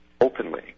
openly